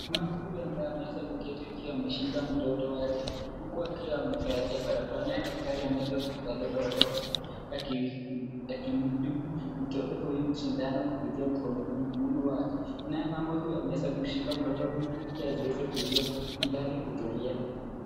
Mama huyu ambaye ameweza kuketi akiwa ameshika mtoto wake huku akiwa amevalia barakoa. Naye daktari ameweza kuivalia barakoa huku akimtibu mtoto huyu sindano kupitia mkononi wake. Naye mama huyu ameweza kumshika mtoto huyu ili asiweze kulia ilhali kutulia.